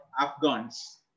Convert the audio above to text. Afghans